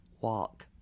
walk